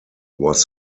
was